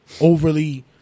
overly